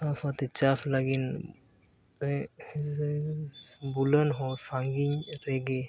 ᱥᱟᱶ ᱥᱟᱶᱛᱮ ᱪᱟᱥ ᱞᱟᱹᱜᱤᱫ ᱵᱩᱞᱟᱹᱱ ᱦᱚᱸ ᱥᱟᱺᱜᱤᱧ ᱨᱮᱜᱮ